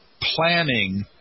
planning